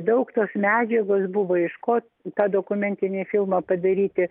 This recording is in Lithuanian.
daug tos medžiagos buvo iš ko tą dokumentinį filmą padaryti